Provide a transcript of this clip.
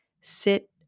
sit